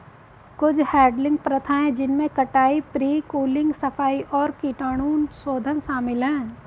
कुछ हैडलिंग प्रथाएं जिनमें कटाई, प्री कूलिंग, सफाई और कीटाणुशोधन शामिल है